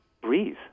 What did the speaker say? breathe